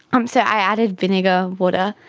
um so i added vinegar, water,